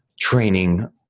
training